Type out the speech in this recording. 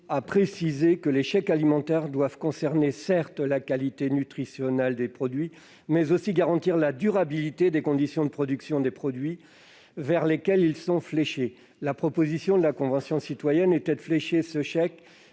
à préciser que les chèques alimentaires doivent non seulement concerner la qualité nutritionnelle des produits, mais aussi garantir la durabilité des conditions de production des produits vers lesquels ils sont fléchés. La proposition de la Convention citoyenne pour le climat était de